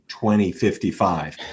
2055